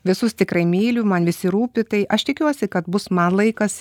visus tikrai myliu man visi rūpi tai aš tikiuosi kad bus man laikas